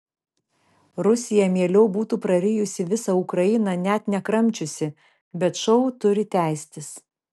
rusija mieliau būtų prarijusi visą ukrainą net nekramčiusi bet šou turi tęstis